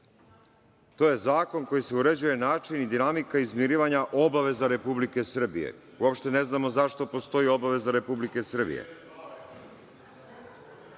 je to zakon kojim se uređuje način i dinamika izmirivanja obaveza Republike Srbije. Uopšte ne znamo zašto postoji obaveza Republike Srbije.